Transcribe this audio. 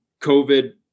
COVID